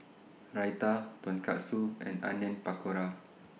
Raita Tonkatsu and Onion Pakora